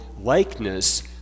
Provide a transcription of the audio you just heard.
likeness